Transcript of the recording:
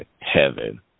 heaven